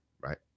right